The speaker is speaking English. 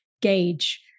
gauge